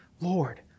Lord